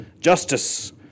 justice